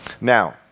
now